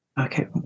Okay